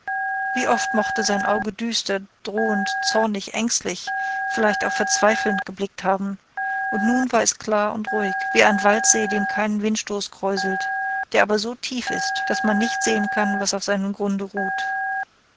wie oft mochte sein auge düster drohend zornig ängstlich vielleicht auch verzweifelnd geblickt haben und nun war es klar und ruhig wie ein waldsee den kein windstoß kräuselt der aber so tief ist daß man nicht sehen kann was auf seinem grunde ruht